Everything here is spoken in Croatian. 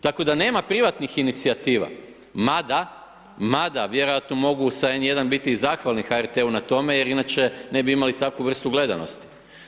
Tako da nema privatnih inicijativa, ma da, ma da vjerojatno mogu s N1 biti i zahvalni HRT-u na tome jer inače ne bi imali takvu vrstu gledanosti.